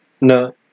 No